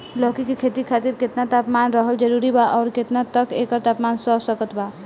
लौकी के खेती खातिर केतना तापमान रहल जरूरी बा आउर केतना तक एकर तापमान सह सकत बा?